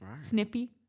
snippy